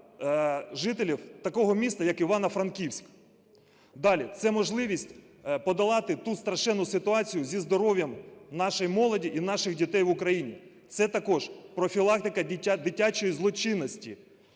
жителів такого міста, як Івано-Франківськ. Далі. Це можливість подолати ту страшенну ситуацію зі здоров'ям нашої молоді і наших дітей в Україні, це також профілактика дитячої злочинності.